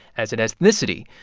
as an ethnicity,